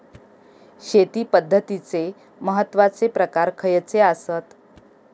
शेती पद्धतीचे महत्वाचे प्रकार खयचे आसत?